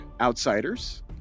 outsiders